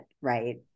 right